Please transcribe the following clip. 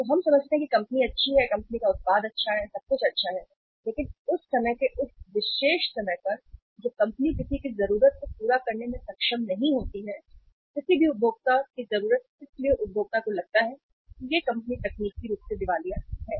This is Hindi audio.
तो हम समझते हैं कि कंपनी अच्छी है कंपनी का उत्पाद अच्छा है सब कुछ अच्छा है लेकिन उस समय के उस विशेष समय पर जब कंपनी किसी की जरूरत को पूरा करने में सक्षम नहीं होती है किसी भी उपभोक्ता की जरूरत इसलिए उपभोक्ता को लगता है कि यह कंपनी तकनीकी रूप से दिवालिया है